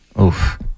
Oof